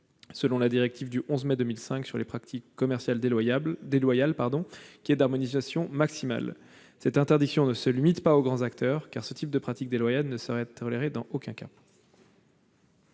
de la directive européenne du 11 mai 2005 relative aux pratiques commerciales déloyales, qui est d'harmonisation maximale. Cette interdiction ne se limite pas aux grands acteurs, car ces pratiques déloyales ne sauraient être tolérées dans aucun cas.